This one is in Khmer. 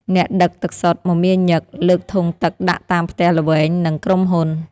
អ្នកដឹកទឹកសុទ្ធមមាញឹកលើកធុងទឹកដាក់តាមផ្ទះល្វែង និងក្រុមហ៊ុន។